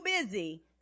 busy